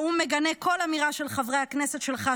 האו"ם מגנה כל אמירה של חברי הכנסת שלך,